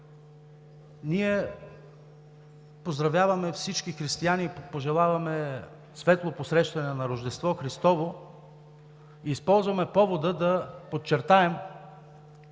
Ние поздравяваме всички християни и пожелаваме светло посрещане на Възкресение Христово! Използваме повода да подчертаем